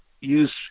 use